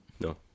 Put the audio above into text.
no